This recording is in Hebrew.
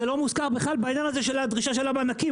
זה לא מוזכר בכלל בעניין הזה של הדרישה של המענקים,